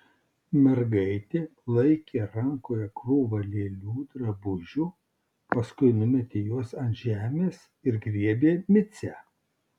mergaitė laikė rankoje krūvą lėlių drabužių paskui numetė juos ant žemės ir griebė micę